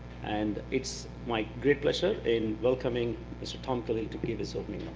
and it's my great pleasure in welcoming mr. tom kalil to give his opening